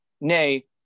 Nay